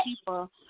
people